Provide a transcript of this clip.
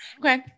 Okay